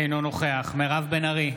אינו נוכח מירב בן ארי,